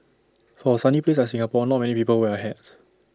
for A sunny place like Singapore not many people wear A hat